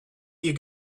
you